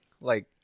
Like-